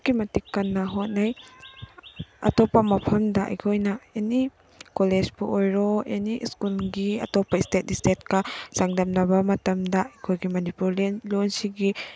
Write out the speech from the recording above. ꯑꯗꯨꯛꯀꯤ ꯃꯇꯤꯛ ꯀꯟꯅ ꯍꯣꯠꯅꯩ ꯑꯇꯣꯞꯄ ꯃꯐꯝꯗ ꯑꯩꯈꯣꯏꯅ ꯑꯦꯅꯤ ꯀꯣꯂꯦꯁꯄꯨ ꯑꯣꯏꯔꯣ ꯑꯦꯅꯤ ꯁ꯭ꯀꯨꯜꯒꯤ ꯑꯇꯣꯞꯄ ꯏꯁꯇꯦꯠ ꯏꯁꯇꯦꯠꯀ ꯆꯥꯡꯗꯝꯅꯕ ꯃꯇꯝꯗ ꯑꯩꯈꯣꯏꯒꯤ ꯃꯅꯤꯄꯨꯔꯒꯤ ꯂꯣꯜꯁꯤꯒꯤ